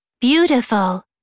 beautiful